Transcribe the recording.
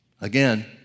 again